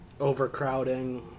overcrowding